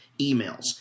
emails